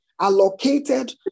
allocated